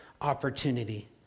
opportunity